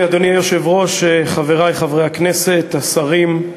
אדוני היושב-ראש, חברי חברי הכנסת, השרים,